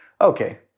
okay